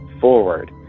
forward